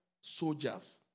soldiers